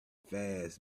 fast